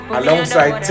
alongside